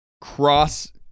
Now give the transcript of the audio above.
cross